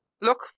look